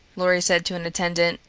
lorry said to an attendant,